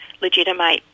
legitimate